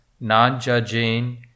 non-judging